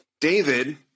David